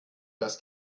das